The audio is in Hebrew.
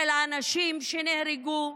של האנשים שנהרגו,